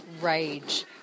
rage